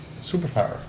Superpower